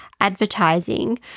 advertising